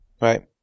Right